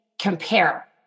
compare